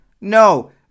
No